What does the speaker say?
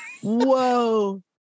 Whoa